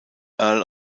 earl